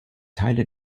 teile